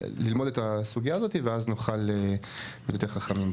ללמוד את הסוגיה הזאת ואז נוכל להיות יותר חכמים.